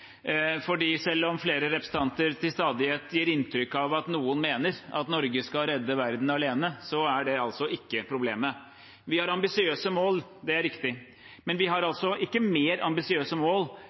selv om flere representanter til stadighet gir inntrykk av at noen mener at Norge skal redde verden alene, er ikke det problemet. Vi har ambisiøse mål, det er riktig, men vi har altså ikke mer ambisiøse mål